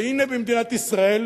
והנה במדינת ישראל